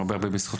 הרבה הרבה בזכותך,